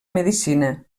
medicina